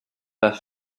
pas